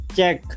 check